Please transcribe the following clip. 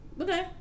Okay